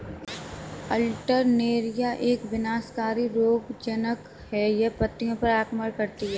Alternaria एक विनाशकारी रोगज़नक़ है, यह पत्तियों पर आक्रमण करती है